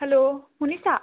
hello শুনিছা